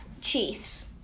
Chiefs